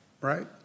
right